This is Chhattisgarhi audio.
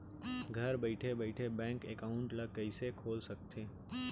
घर बइठे बइठे बैंक एकाउंट ल कइसे खोल सकथे?